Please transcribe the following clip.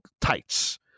tights